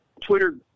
Twitter